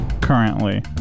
currently